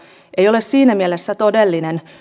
ei ole siinä mielessä todellinen